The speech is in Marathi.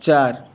चार